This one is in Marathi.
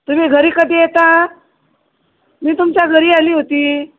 तुम्ही घरी कधी येता मी तुमच्या घरी आली होती